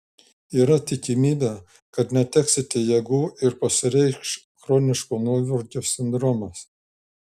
yra tikimybė kad neteksite jėgų ir pasireikš chroniško nuovargio sindromas